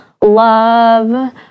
love